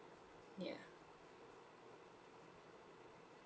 ya